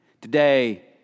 Today